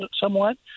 somewhat